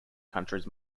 countries